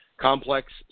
Complex